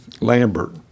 Lambert